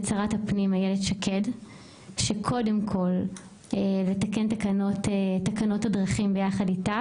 שרת הפנים איילת שקד קודם כל לתקן תקנות דרכים ביחד אתה,